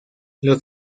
los